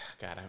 God